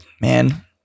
man